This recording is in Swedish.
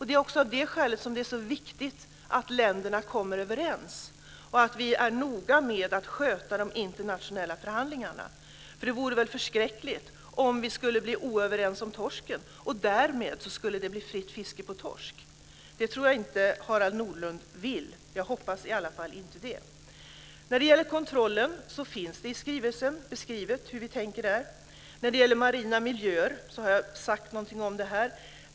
Det är också av det skälet som det är så viktigt att länderna kommer överens och att vi är noga med att sköta de internationella förhandlingarna. Det vore väl förskräckligt om vi inte skulle bli överens om torsken och det därmed skulle bli fritt fiske på torsk. Det tror jag inte att Harald Nordlund vill. Jag hoppas i alla fall det. När det gäller kontrollen finns det i skrivelsen beskrivet hur vi tänker. Marina miljöer har jag sagt något om här.